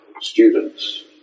students